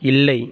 இல்லை